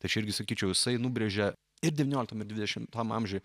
tai čia irgi sakyčiau jisai nubrėžia ir devynioliktam ir dvidešimtam amžiui